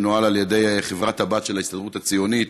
מנוהל על ידי חברת-הבת של ההסתדרות הציונית